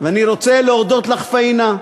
אני רוצה להודות לך, פאינה,